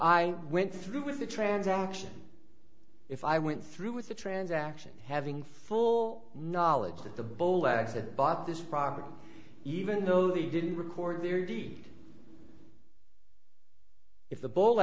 i went through with the transaction if i went through with the transaction having full knowledge that the bowlegs that bought this property even though they didn't record their deed if the ball